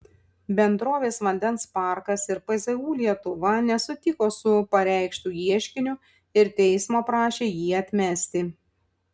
bendrovės vandens parkas ir pzu lietuva nesutiko su pareikštu ieškiniu ir teismo prašė jį atmesti